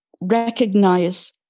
recognize